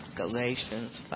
Galatians